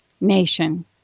nation